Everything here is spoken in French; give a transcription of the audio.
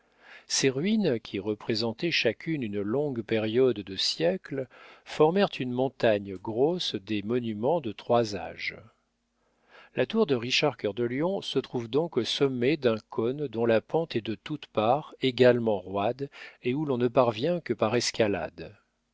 ces ruines qui représentaient chacune une longue période de siècles formèrent une montagne grosse des monuments de trois âges la tour de richard cœur de lion se trouve donc au sommet d'un cône dont la pente est de toutes parts également roide et où l'on ne parvient que par escalade